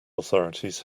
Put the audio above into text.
authorities